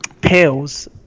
pills